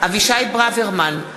אבישי ברוורמן,